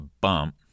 bump